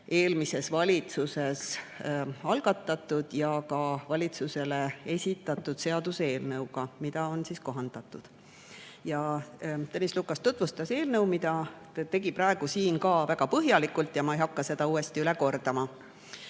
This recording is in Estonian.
eelmises valitsuses algatatud ja ka valitsusele esitatud seaduseelnõuga, mida on kohandatud. Tõnis Lukas tutvustas eelnõu, mida ta tegi ka praegu siin väga põhjalikult, ma ei hakka seda uuesti üle kordama.